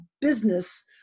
business